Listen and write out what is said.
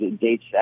dates